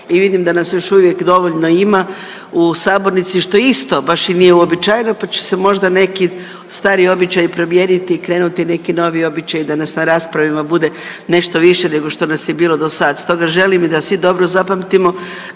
i vidim da nas još uvijek dovoljno ima u sabornici što isto baš i nije uobičajeno, pa će se možda neki stariji običaji promijeniti i krenuti neki novi običaji da nas na raspravama bude nešto više nego što nas je bilo i do sad. Stoga želim i da svi dobro zapamtimo